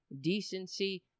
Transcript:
decency